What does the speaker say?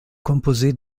composée